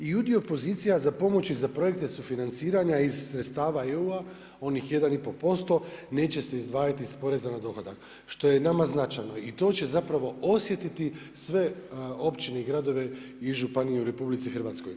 I udio pozicija za pomoć i za projekte sufinanciranja iz sredstava EU-a onih 1,5% neće se izdvajati iz poreza na dohodak, što je nama značajno i to će osjetiti sve općine i gradovi i županije u RH.